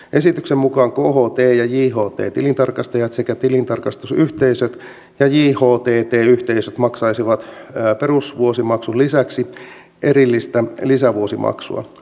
esityksen mukaan kht ja jht tilintarkastajat sekä tilintarkastusyhteisöt ja jhtt yhteisöt maksaisivat perusvuosimaksun lisäksi erillistä lisävuosimaksua